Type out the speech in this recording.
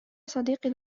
صديقي